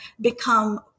become